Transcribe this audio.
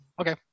Okay